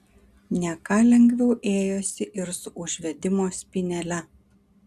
ne ką lengviau ėjosi ir su užvedimo spynele